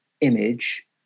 image